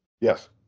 Yes